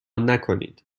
نکنید